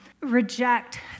reject